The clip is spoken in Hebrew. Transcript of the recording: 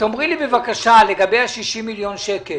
תאמרי לי בבקשה לגבי ה-60 מיליון שקלים